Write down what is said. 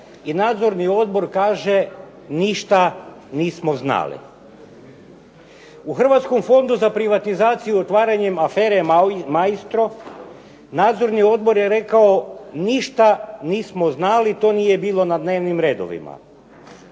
i nadzorni odbor kaže ništa nismo znali. U Hrvatskom fondu za privatizaciju otvaranjem afere Maestro nadzorni odbor je rekao ništa nismo znali, to nije bilo na dnevnim redovima.